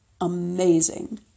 amazing